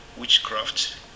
witchcraft